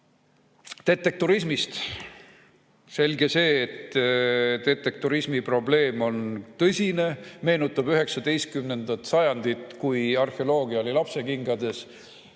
Detektorismist. Selge see, et detektorismi probleem on tõsine, meenutab 19. sajandit, kui arheoloogia oli lapsekingades